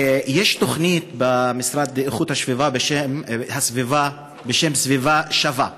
יש תוכנית במשרד לאיכות הסביבה בשם סביבה שווה,